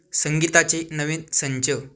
संगीताचे नवीन संच